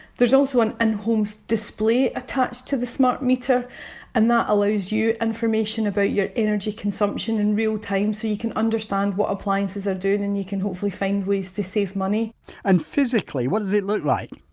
there's also an in-homes display attached to the smart meter and that allows you information about your energy consumption in real time, so you can understand what appliances are doing and you can hopefully find ways to save money and physically, what does it look like?